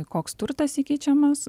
koks turtas įkeičiamas